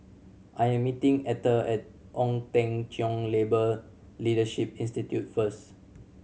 I am meeting Ether at Ong Teng Cheong Labour Leadership Institute first